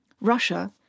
Russia